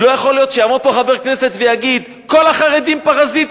לא יכול להיות שיעמוד פה חבר כנסת ויגיד: כל החרדים פרזיטים,